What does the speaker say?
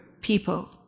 people